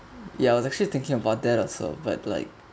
ya I was actually thinking about that also but like